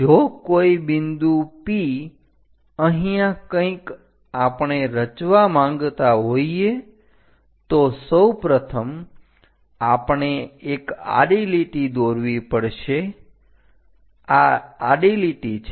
જો કોઈ બિંદુ P અહીંયા કંઈક આપણે રચવા માંગતા હોઈએ તો સૌપ્રથમ આપણે એક આડી લીટી દોરવી પડશે આ આડી લીટી છે